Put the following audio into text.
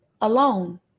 alone